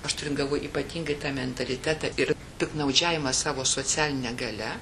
aš turiu galvoj ypatingai tą mentalitetą ir piktnaudžiavimą savo socialine galia